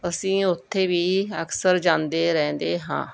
ਅਸੀਂ ਉੱਥੇ ਵੀ ਅਕਸਰ ਜਾਂਦੇ ਰਹਿੰਦੇ ਹਾਂ